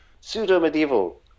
pseudo-medieval